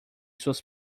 suas